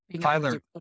Tyler